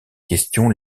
question